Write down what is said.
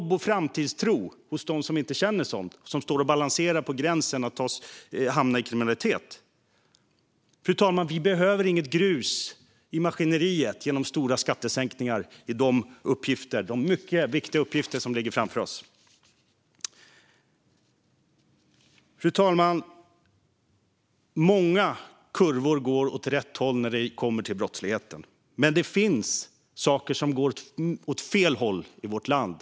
Hur får vi framtidstro hos dem som inte känner sådan och som står och balanserar på gränsen till att hamna i kriminalitet? Fru talman! När det gäller de mycket viktiga uppgifter som ligger framför oss behöver vi inget grus i maskineriet genom stora skattesänkningar. Fru talman! Många kurvor går åt rätt håll när det kommer till brottsligheten, men det finns saker som går åt fel håll i vårt land.